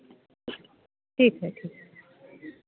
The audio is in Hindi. ठीक है ठीक है